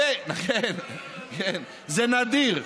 זה נדיר.